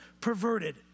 perverted